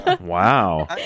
Wow